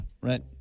right